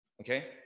okay